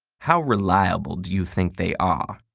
how reliable do you think they are?